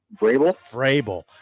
Vrabel